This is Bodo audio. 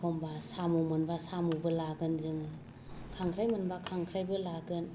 एखमब्ला साम' मोनबा साम'बो लागोन जों खांख्राइ मोनब्ला खांख्राइबो लागोन